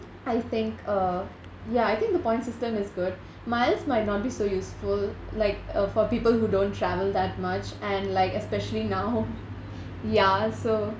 I think uh ya I think the point system is good miles might not be so useful like uh for people who don't travel that much and like especially now ya so